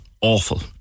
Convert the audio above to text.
awful